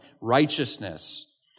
righteousness